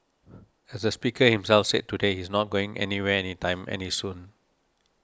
as the speaker himself said today he's not going anywhere any time any soon